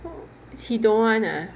he don't want ah